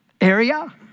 area